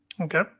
Okay